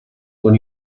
con